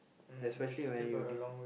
especially when you d~